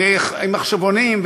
ומחשבונים,